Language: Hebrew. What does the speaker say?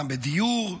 גם בדיור,